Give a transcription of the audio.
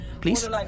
please